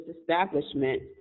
establishment